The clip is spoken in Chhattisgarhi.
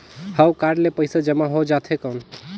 हव कारड ले पइसा जमा हो जाथे कौन?